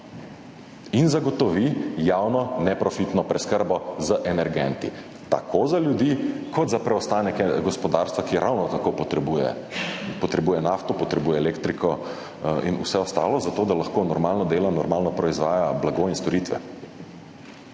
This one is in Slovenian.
In zagotovi javno neprofitno preskrbo z energenti, tako za ljudi kot za preostanek gospodarstva, ki jo ravno tako potrebuje, potrebuje nafto, potrebuje elektriko in vse ostalo, zato da lahko normalno dela, normalno proizvaja blago in storitve.